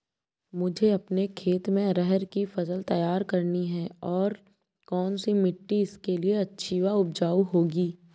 मुझे अपने खेत में अरहर की फसल तैयार करनी है और कौन सी मिट्टी इसके लिए अच्छी व उपजाऊ होगी?